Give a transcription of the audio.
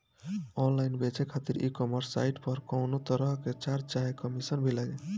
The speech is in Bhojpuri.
ऑनलाइन बेचे खातिर ई कॉमर्स साइट पर कौनोतरह के चार्ज चाहे कमीशन भी लागी?